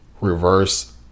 reverse